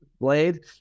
Blade